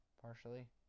Partially